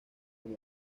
como